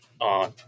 on